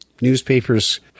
Newspapers